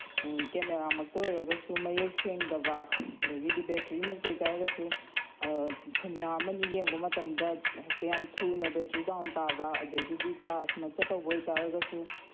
ꯀꯦꯃꯦꯔꯥꯃꯛꯇ ꯑꯣꯏꯔꯒꯁꯨ ꯃꯌꯦꯛ ꯁꯦꯡꯗꯕ ꯑꯗꯒꯤꯗꯤ ꯕꯦꯇ꯭ꯔꯤꯃꯛꯇ ꯑꯣꯏ ꯇꯥꯔꯒꯁꯨ ꯁꯤꯅꯦꯃꯥ ꯑꯃꯅꯤ ꯌꯦꯡꯕ ꯃꯇꯝꯗ ꯍꯦꯛꯇ ꯌꯥꯝ ꯊꯨꯅ ꯕꯦꯇ꯭ꯔꯤ ꯗꯥꯎꯟ ꯇꯥꯕ ꯑꯗꯒꯤꯗꯤ ꯆꯥꯔꯖꯃꯛꯇ ꯇꯧꯕ ꯑꯣꯏ ꯇꯥꯔꯒꯁꯨ